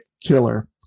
killer